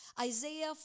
Isaiah